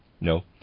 No